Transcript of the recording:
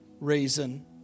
reason